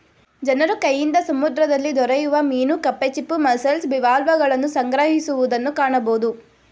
ಜನರು ಕೈಯಿಂದ ಸಮುದ್ರದಲ್ಲಿ ದೊರೆಯುವ ಮೀನು ಕಪ್ಪೆ ಚಿಪ್ಪು, ಮಸ್ಸೆಲ್ಸ್, ಬಿವಾಲ್ವಗಳನ್ನು ಸಂಗ್ರಹಿಸುವುದನ್ನು ಕಾಣಬೋದು